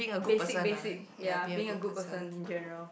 basic basic ya being a good person in general